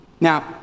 now